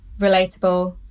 relatable